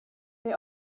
they